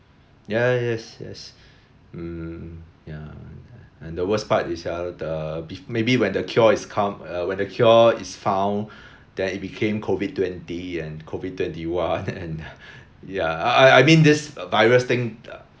ya ya yes yes mm ya and the worse part is ya lor the be~ maybe when the cure is come uh when the cure is found then it became COVID twenty and COVID twenty one and ya I I I mean this virus thing uh